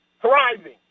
thriving